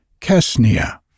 Kesnia